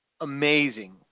amazing